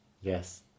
Yes